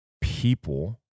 people